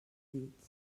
dits